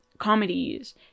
comedies